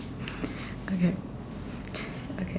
okay okay